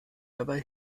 dabei